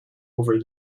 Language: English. over